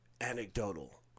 anecdotal